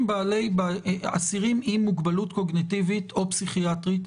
אסירים עם מוגבלות קוגניטיבית או פסיכיאטרית,